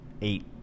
eight